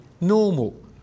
normal